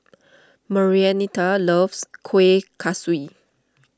Marianita loves Kuih Kaswi